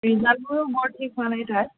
ৰিজাল্টবোৰো বৰ ঠিক হোৱা নাই তাৰ